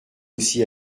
aussi